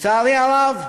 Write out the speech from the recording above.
לצערי הרב,